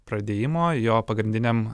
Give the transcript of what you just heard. pradėjimo jo pagrindiniam